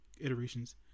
iterations